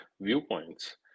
viewpoints